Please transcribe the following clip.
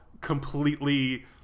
completely